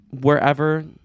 wherever